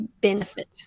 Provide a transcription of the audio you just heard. benefit